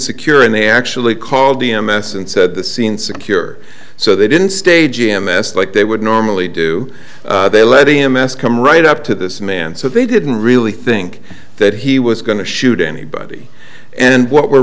secure and they actually called d m s and said the scene secure so they didn't stay g m s like they would normally do they let him ask come right up to this man so they didn't really think that he was going to shoot anybody and what we're